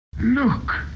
Look